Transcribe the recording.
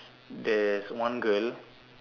there's one girl